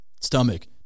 stomach